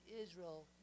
Israel